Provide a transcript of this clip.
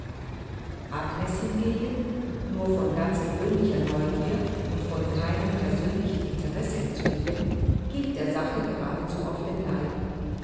agnes hingegen nur von ganz gewöhnlicher neugier und von keinem persönlichen interesse getrieben ging der sache geradezu auf den leib